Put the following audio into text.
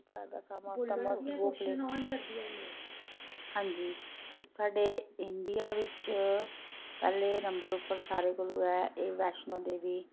ज्यादा समां हां जी साड्डे इंडिया बिच्च पैह्लें नंबर उप्पर सारें कोला ऐ एह् वैष्णो देवी